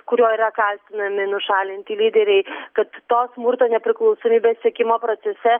kuriuo yra kaltinami nušalinti lyderiai kad to smurto nepriklausomybės siekimo procese